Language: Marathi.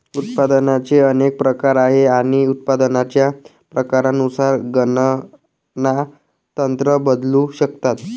उत्पादनाचे अनेक प्रकार आहेत आणि उत्पादनाच्या प्रकारानुसार गणना तंत्र बदलू शकतात